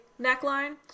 neckline